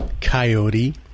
coyote